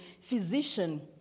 physician